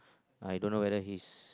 I don't know whether he is